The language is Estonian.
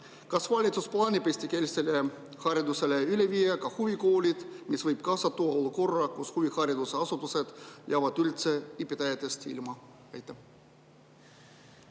Kas valitsus plaanib eestikeelsele haridusele üle viia ka huvikoolid? See võib tuua kaasa olukorra, kus huviharidusasutused jäävad üldse õpetajatest ilma. Aitäh